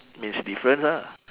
means difference ah